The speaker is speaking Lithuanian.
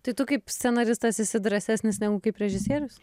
tai tu kaip scenaristas esi drąsesnis negu kaip režisierius